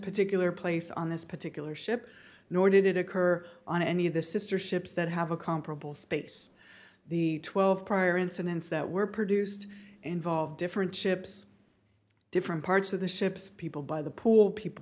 particular place on this particular ship nor did it occur on any of the sister ships that have a comparable space the twelve prior incidents that were produced involved different ships different parts of the ships people by the pool people